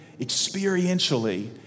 experientially